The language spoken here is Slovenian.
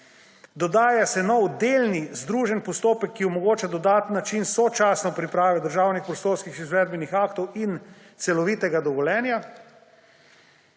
Dodaja se nov delni združen postopek, ki omogoča dodaten način sočasne priprave državnih prostorskih izvedbenih aktov in izdaje celovitega dovoljenja.